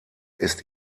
ist